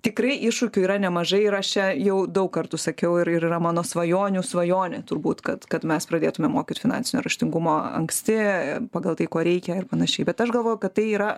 tikrai iššūkių yra nemažai ir aš čia jau daug kartų sakiau ir yra mano svajonių svajonė turbūt kad kad mes pradėtume mokyt finansinio raštingumo anksti pagal tai ko reikia ir panašiai bet aš galvoju kad tai yra